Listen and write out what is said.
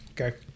Okay